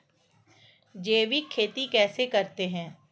जैविक खेती कैसे करते हैं?